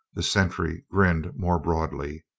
the sentry grinned more broadly.